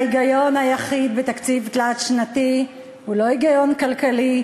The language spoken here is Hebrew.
ההיגיון היחיד בתקציב תלת-שנתי הוא לא היגיון כלכלי,